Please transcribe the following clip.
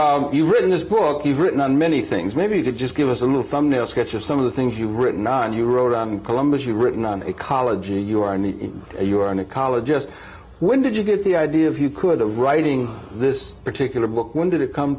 are you written this book you've written on many things maybe you could just give us a little thumbnail sketch of some of the things you've written on you wrote columbus you written on ecology you are and you are an ecologist when did you get the idea if you could of writing this particular book when did it come